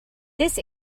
this